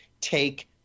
take –